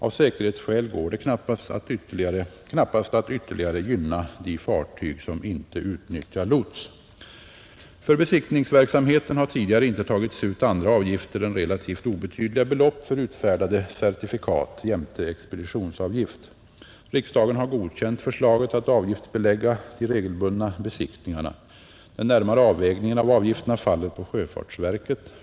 Av säkerhetsskäl går det knappast att ytterligare gynna de fartyg som inte utnyttjar lots. För besiktningsverksamheten har tidigare inte tagits ut andra avgifter än relativt obetydliga belopp för utfärdade certifikat jämte expeditionsavgift. Riksdagen har godkänt förslaget att avgiftsbelägga de regelbundna besiktningarna. Den närmare avvägningen av avgifterna faller på sjöfartsverket.